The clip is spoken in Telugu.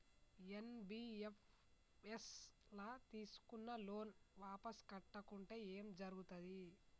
ఎన్.బి.ఎఫ్.ఎస్ ల తీస్కున్న లోన్ వాపస్ కట్టకుంటే ఏం జర్గుతది?